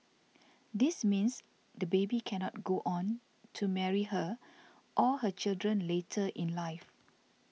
this means the baby cannot go on to marry her or her children later in life